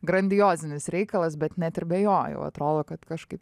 grandiozinis reikalas bet net ir be jo jau atrodo kad kažkaip